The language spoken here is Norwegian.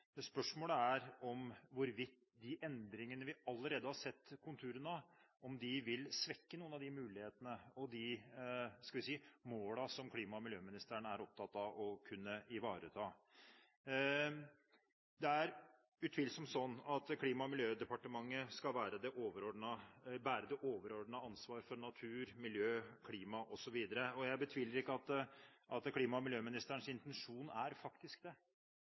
Spørsmålet er hvorvidt de endringene vi allerede har sett konturene av, vil svekke noen av de mulighetene og målene klima- og miljøministeren er opptatt av å kunne ivareta. Det er utvilsomt sånn at Klima- og miljødepartementet skal bære det overordnede ansvaret for natur, miljø, klima osv., og jeg betviler ikke at klima- og miljøministerens intensjon er faktisk det.